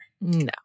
No